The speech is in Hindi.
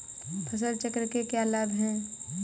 फसल चक्र के क्या लाभ हैं?